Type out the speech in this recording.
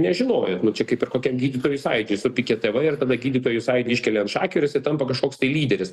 nežinojot nu čia kaip ir kokiam gydytojų sąjūdy supiketavai ir tada gydytojų sąjūdį iškelia ant šakių ir jisai tampa kažkoks tai lyderis